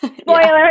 Spoiler